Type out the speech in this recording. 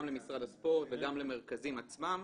גם למשרד הספורט וגם למרכזים עצמם,